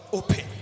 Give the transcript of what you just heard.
open